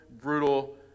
brutal